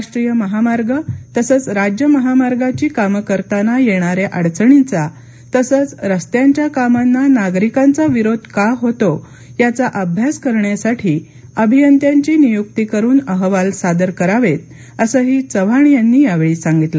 राष्ट्रीय महामार्ग तसंच राज्य महामार्गाची कामं करताना येणाऱ्या अडचणींचा तसंच रस्त्यांच्या कामांना नागरिकांचा विरोध का होतो याचा अभ्यास करण्यासाठी अभियंत्यांची नियुक्ती करून अहवाल सादर करावेत असंही चव्हाण यांनी यावेळी सांगितले